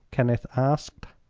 kenneth asked.